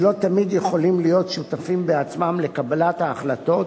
שלא תמיד יכולים להיות שותפים בעצמם לקבלת ההחלטות